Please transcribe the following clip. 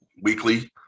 weekly